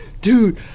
Dude